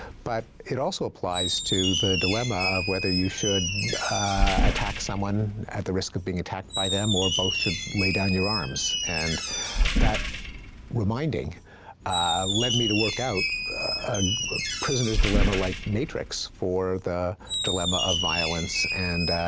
but it also applies to the dilemma of whether you should attack someone at the risk of being attacked by them or both should lay down your arms. and that reminding led me to work out prisoner's dilemma-like like matrix for the dilemma of violence and,